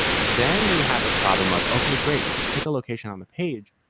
then we have this problem of, okay, great. you can pick a location on the page,